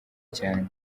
cyane